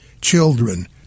children